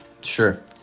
Sure